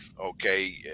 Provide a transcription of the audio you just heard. Okay